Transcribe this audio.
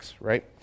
right